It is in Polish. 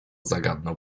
zagadnął